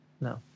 No